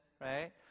right